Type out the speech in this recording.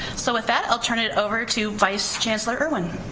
so with that i'll turn it over to vice chancellor erwin.